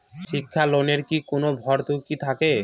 শিক্ষার লোনে কি কোনো ভরতুকি থাকে?